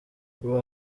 ubu